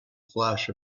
flash